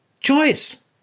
Choice